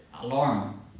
alarm